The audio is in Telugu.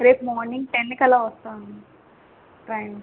రేపు మార్నింగ్ టెన్కి అలా వస్తాం అండి ట్రైన్